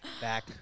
back